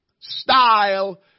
style